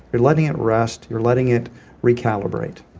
you're letting it rest. you're letting it recalibrate